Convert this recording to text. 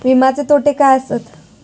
विमाचे तोटे काय आसत?